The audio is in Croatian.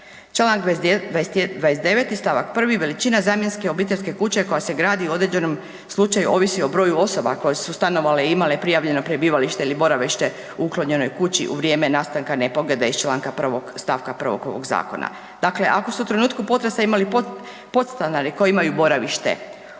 Čl. 29. st. 1. veličina zamjenske obiteljske kuće koja se gradi u određenom slučaju ovisi o broju osoba koje su stanovale i imale prijavljeno prebivalište ili boravište u uklonjenoj kući u vrijeme nastanka nepogode iz čl. 1. st. 1. ovog zakona. Dakle, ako su u trenutku potresa imali podstanare koji imaju boravište